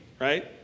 right